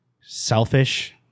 selfish